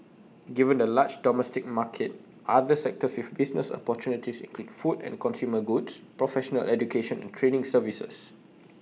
given the large domestic market other sectors with business opportunities include food and consumer goods professional education and training services